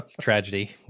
tragedy